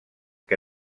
que